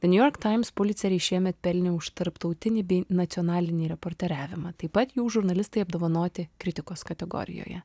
niujork taims pulicerį šiemet pelnė už tarptautinį bei nacionalinį reporteriavimą taip pat jų žurnalistai apdovanoti kritikos kategorijoje